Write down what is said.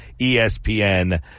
ESPN